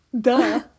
duh